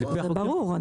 ברור,